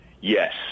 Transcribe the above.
yes